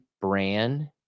brand